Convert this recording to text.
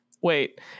wait